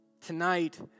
Tonight